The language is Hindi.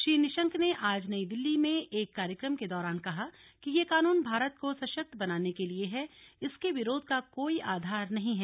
श्री निशंक ने आज नई दिल्ली में एक कार्यक्रम के दौरान कहा कि यह कानून भारत को सशक्त बनाने के लिए है इसके विरोध का कोई आधार नहीं है